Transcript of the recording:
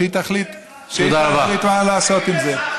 והיא תחליט מה לעשות עם זה.